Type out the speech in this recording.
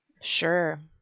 sure